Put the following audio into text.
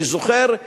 אני זוכר,